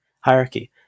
hierarchy